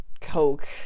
Coke